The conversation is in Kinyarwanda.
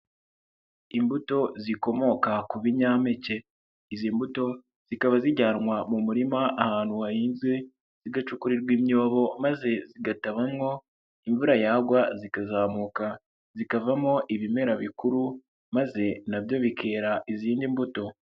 Imbuto zikomoka ku binyampeke, izi mbuto zikaba zijyanwa mu murima ahantu haahinzwe zigacukurirwa imyobo maze zigatabamwo, imvura yagwa zikazamuka zikavamo ibimera bikuru maze nabyo bikera izindi mbuto.